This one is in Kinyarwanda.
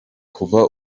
kuva